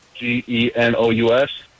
G-E-N-O-U-S